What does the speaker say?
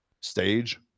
stage